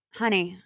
honey